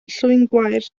llwyngwair